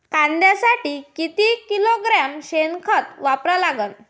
कांद्यासाठी किती किलोग्रॅम शेनखत वापरा लागन?